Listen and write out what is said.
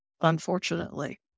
unfortunately